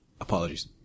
apologies